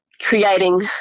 creating